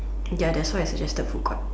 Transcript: ya that's why I suggested food court